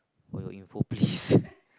for your info please